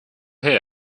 still